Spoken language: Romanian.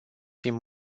fim